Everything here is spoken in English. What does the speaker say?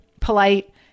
polite